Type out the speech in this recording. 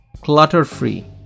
clutter-free